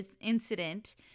incident